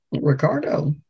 Ricardo